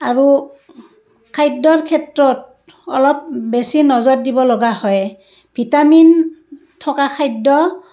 আৰু খাদ্যৰ ক্ষেত্ৰত অলপ বেছি নজৰ দিব লগা হয় ভিটামিন থকা খাদ্য